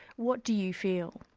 what do you feel?